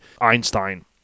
Einstein